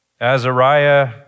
Azariah